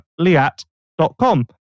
liat.com